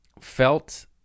felt